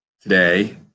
today